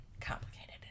complicated